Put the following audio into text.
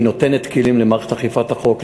היא נותנת כלים למערכת אכיפת החוק,